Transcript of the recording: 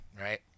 right